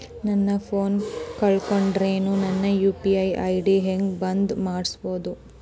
ನನ್ನ ಫೋನ್ ಕಳಕೊಂಡೆನ್ರೇ ನನ್ ಯು.ಪಿ.ಐ ಐ.ಡಿ ಹೆಂಗ್ ಬಂದ್ ಮಾಡ್ಸೋದು?